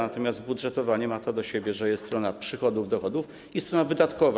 Natomiast budżetowanie ma to do siebie, że jest strona przychodów, dochodów i strona wydatkowa.